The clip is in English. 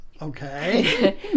Okay